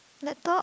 laptop